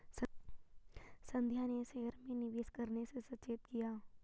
संध्या ने शेयर में निवेश करने से सचेत किया